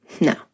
No